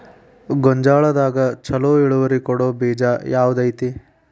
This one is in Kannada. ಗೊಂಜಾಳದಾಗ ಛಲೋ ಇಳುವರಿ ಕೊಡೊ ಬೇಜ ಯಾವ್ದ್ ಐತಿ?